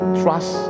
trust